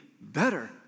better